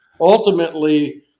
ultimately